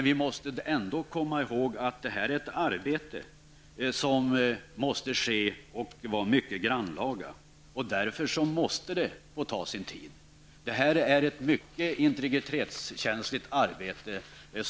Vi måste dock komma ihåg att det arbete som här sker är mycket grannlaga och därför måste det också få ta tid. Detta arbete är mycket integritetskänsligt.